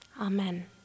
Amen